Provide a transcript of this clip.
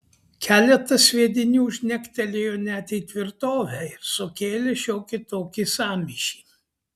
keletas sviedinių žnegtelėjo net į tvirtovę ir sukėlė šiokį tokį sąmyšį